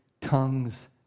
tongues